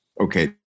Okay